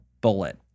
bullet